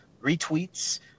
retweets